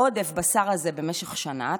עודף הבשר הזה במשך שנה,